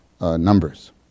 Numbers